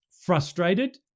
frustrated